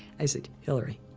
i said, hillary,